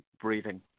breathing